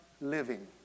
living